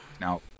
Now